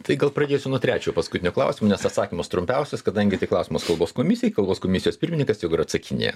tai gal pradėsiu nuo trečio paskutinio klausimo nes atsakymas trumpiausias kadangi tai klausimas kalbos komisijai kalbos komisijos pirmininkas tegu ir atsakinėja